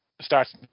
starts